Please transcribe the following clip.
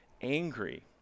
angry